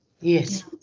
Yes